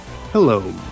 Hello